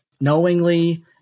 knowingly